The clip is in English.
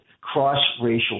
cross-racial